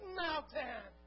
mountain